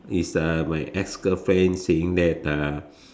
is uh my ex girlfriend saying that uh